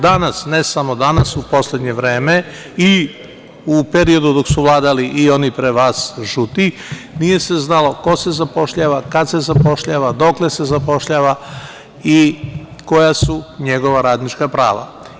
Danas i ne samo danas, u poslednje vreme, u periodu dok su vladali i oni pre vas, žuti, nije se znalo ko se zapošljava, kad se zapošljava, dokle se zapošljava i koja su njegova radnička prava.